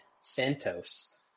Santos